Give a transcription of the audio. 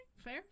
Fair